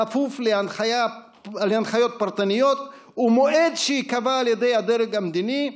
בכפוף להנחיות פרטניות ומועד שייקבע על ידי הדרג המדיני,